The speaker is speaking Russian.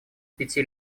пяти